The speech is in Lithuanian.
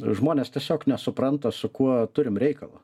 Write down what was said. žmonės tiesiog nesupranta su kuo turim reikalą